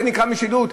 זה נקרא משילות?